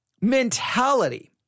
mentality